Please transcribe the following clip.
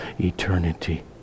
eternity